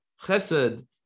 Chesed